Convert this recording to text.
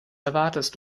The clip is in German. erwartest